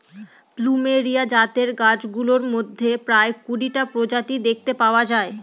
plumeria জাতের গাছগুলোর মধ্যে প্রায় কুড়িটা প্রজাতি দেখতে পাওয়া যায়